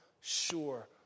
sure